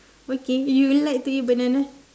okay you like to eat banana